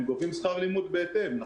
הם גובים שכר לימוד בהתאם.